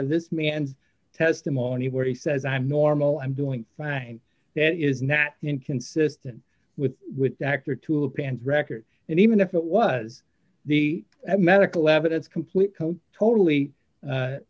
of this man testimony where he says i'm normal i'm doing fine that is not inconsistent with with the actor to a pants record and even if it was the medical evidence complete code totally